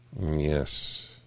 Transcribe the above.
Yes